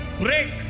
break